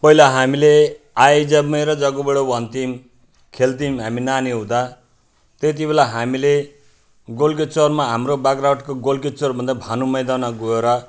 पहिला हामीले आइज मेरो जगुबाट भन्थ्यौँ खेल्थ्यौँ हामी नानी हुँदा त्यति बेला हामीले गोल्किचोलमा हाम्रो बाग्राकोटको गोल्किचोल भन्दा भानु मैदानमा गएर